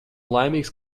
laimīgs